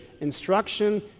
instruction